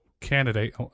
candidate